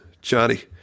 Johnny